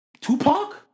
Tupac